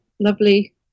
Lovely